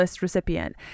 recipient